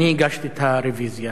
אני הגשתי את הרוויזיה.